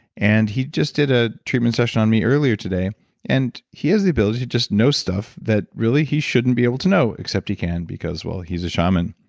and he just did a treatment session on me earlier today and he has the ability to just know stuff that really he shouldn't be able to know except he can because well, he's a shaman.